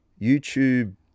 YouTube